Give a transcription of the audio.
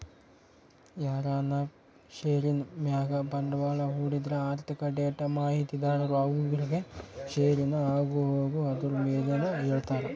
ಯಾರನ ಷೇರಿನ್ ಮ್ಯಾಗ ಬಂಡ್ವಾಳ ಹೂಡಿದ್ರ ಆರ್ಥಿಕ ಡೇಟಾ ಮಾಹಿತಿದಾರರು ಅವ್ರುಗೆ ಷೇರಿನ ಆಗುಹೋಗು ಅದುರ್ ಬೆಲೇನ ಹೇಳ್ತಾರ